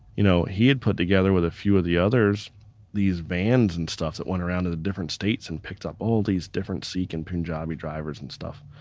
you know he had put together with a few of the others these vans and stuff that went around to the different states and picked up all these different sikh and punjabi drivers and stuff,